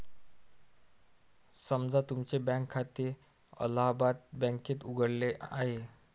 समजा तुमचे बँक खाते अलाहाबाद बँकेत उघडले आहे